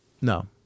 no